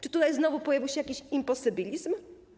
Czy tutaj znowu pojawił się jakiś imposybilizm?